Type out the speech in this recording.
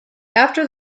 after